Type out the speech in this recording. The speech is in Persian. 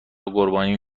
قربانی